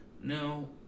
No